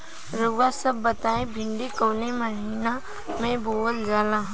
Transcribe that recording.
रउआ सभ बताई भिंडी कवने महीना में बोवल जाला?